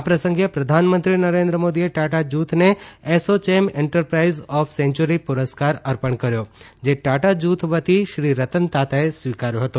આ પ્રસંગે પ્રધાનમંત્રી નરેન્દ્ર મોદીએ ટાટા જૂથને એસોચેમ એન્ટરપ્રાઇઝ ઓફ સેન્ચ્યૂરી પુરસ્કાર અર્પણ કર્યો જે ટાટા જૂથ વતી શ્રી રતન તાતાએ સ્વીકાર્યો હતો